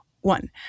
One